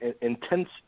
intense